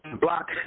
block